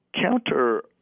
counter-